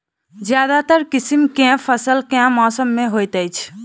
ज्यादातर किसिम केँ फसल केँ मौसम मे होइत अछि?